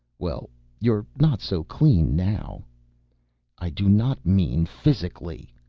well you're not so clean now i do not mean physically.